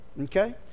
Okay